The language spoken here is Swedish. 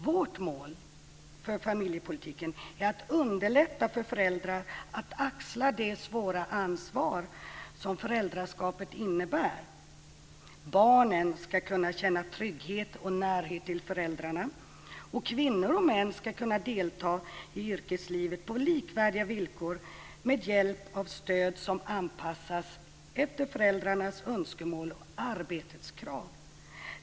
Vårt mål för familjepolitiken är att underlätta för föräldrar att axla det svåra ansvar som föräldraskapet innebär. Barnen ska kunna känna trygghet och närhet till föräldrarna, och kvinnor och män ska kunna delta i yrkeslivet på likvärdiga villkor med hjälp av stöd som anpassas efter föräldrarnas önskemål och arbetets krav.